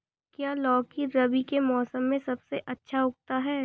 क्या लौकी रबी के मौसम में सबसे अच्छा उगता है?